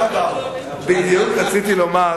בדיוק רציתי לומר,